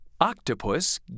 Octopus